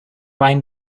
bind